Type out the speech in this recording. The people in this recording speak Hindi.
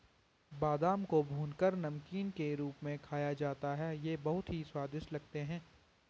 बादाम को भूनकर नमकीन के रूप में खाया जाता है ये बहुत ही स्वादिष्ट लगते हैं